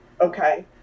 okay